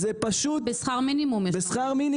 זה פשוט בשכר מינימום.